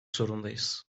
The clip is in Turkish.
zorundayız